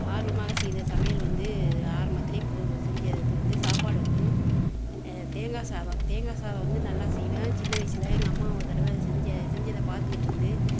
ஆர்வமாக செய்த சமையல் வந்து ஆரம்பத்தில் பூவு செஞ்ச இது வந்து சாப்பாடு வந்து தேங்காய் சாதம் தேங்காய் சாதம் வந்து நல்லா செய்வேன் சின்ன வயசில் எங்கள் அம்மா ஒருதடவை செஞ்ச செஞ்சதை பார்த்துக்கிட்டு இருந்து